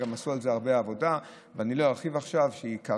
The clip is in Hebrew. וגם עשו על זה הרבה עבודה שאני לא ארחיב עליה עכשיו.